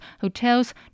hotels